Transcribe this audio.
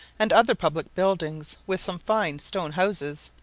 and other public buildings, with some fine stone houses.